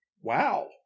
Wow